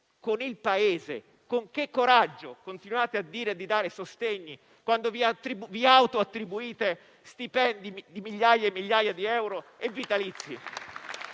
con il Paese. Con che coraggio continuate a dire di dare sostegni quando vi autoattribuite stipendi di migliaia e migliaia di euro e vitalizi?